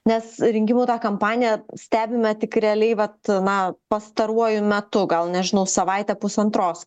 nes rinkimų tą kampaniją stebime tik realiai vat na pastaruoju metu gal nežinau savaitę pusantros